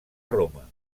roma